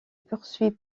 poursuit